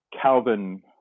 Calvin